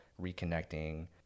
reconnecting